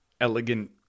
elegant